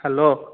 hello